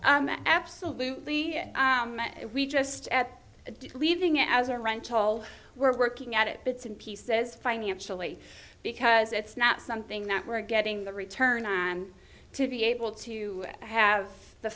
absolutely and we just at a deep leaving as a rental we're working at it bits and pieces financially because it's not something that we're getting the return on to be able to have the